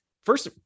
first